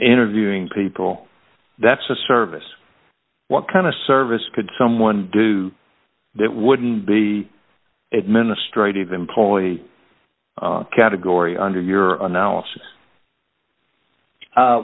interviewing people that's a service what kind of service could someone do that wouldn't be administrative employee category under your analysis